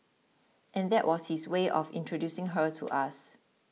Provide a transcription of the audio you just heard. and that was his way of introducing her to us